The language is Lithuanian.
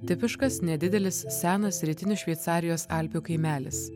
tipiškas nedidelis senas rytinių šveicarijos alpių kaimelis